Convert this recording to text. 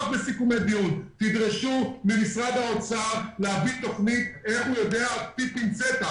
תדרשו ממשרד האוצר להביא תכנית, לאתר עם פינצטה